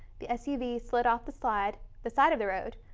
the s u v slid off the side the side of the road.